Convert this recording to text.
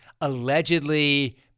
allegedly